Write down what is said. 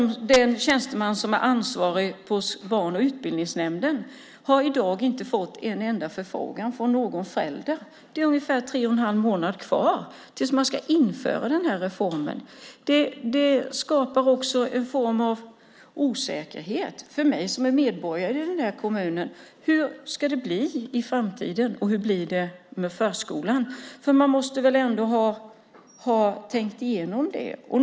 Den tjänsteman som är ansvarig hos barn och utbildningsnämnden har i dag inte fått en enda förfrågan från någon förälder. Det är ungefär tre och en halv månad kvar tills man ska införa den här reformen. Det skapar också osäkerhet för mig som är medborgare i kommunen. Hur ska det bli i framtiden, och hur blir det med förskolan? Man måste väl ändå ha tänkt igenom detta?